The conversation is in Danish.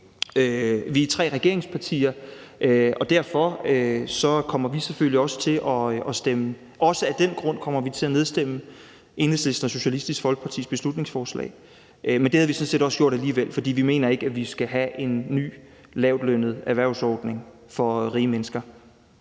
vi er tre regeringspartier, og også af den grund kommer vi selvfølgelig til at nedstemme Enhedslisten og Socialistisk Folkepartis beslutningsforslag, men det havde vi sådan set også gjort alligevel, for vi mener ikke, at vi skal have en ny lavtlønsordning på erhvervsområdet for rige mennesker.